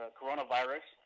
coronavirus